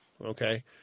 Okay